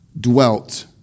dwelt